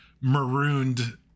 marooned